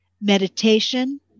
meditation